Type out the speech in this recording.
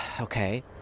Okay